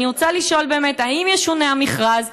ואני רוצה לשאול, באמת, האם ישונה המכרז?